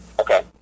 Okay